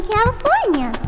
California